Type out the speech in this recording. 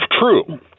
true